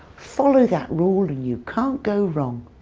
follow that rule and you can't go wrong.